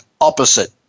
opposite